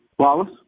Wallace